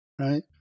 right